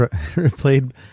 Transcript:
Played